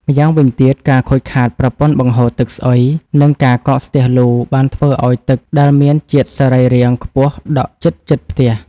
ម្យ៉ាងវិញទៀត ការខូចខាតប្រព័ន្ធបង្ហូរទឹកស្អុយ និងការកកស្ទះលូ បានធ្វើឱ្យទឹកដែលមានជាតិសរីរាង្គខ្ពស់ដក់ជិតៗផ្ទះ។